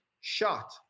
shot